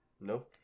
no